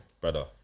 brother